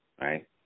right